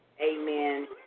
Amen